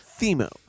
Themo